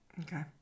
Okay